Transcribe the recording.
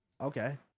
Okay